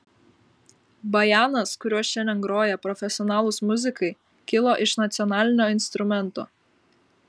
bajanas kuriuo šiandien groja profesionalūs muzikai kilo iš nacionalinio instrumento